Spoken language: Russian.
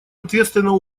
ответственного